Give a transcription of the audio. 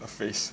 her face